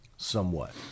Somewhat